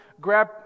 grab